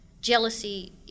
Jealousy